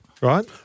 Right